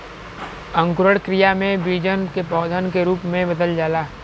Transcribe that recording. अंकुरण क्रिया में बीजन के पौधन के रूप में बदल जाला